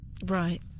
Right